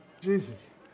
Jesus